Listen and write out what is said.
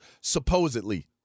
Supposedly